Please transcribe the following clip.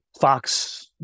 Fox